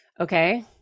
Okay